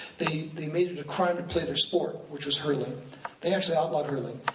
they they made it a crime to play their sport, which was hurling, they actually outlawed hurling.